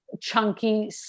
chunky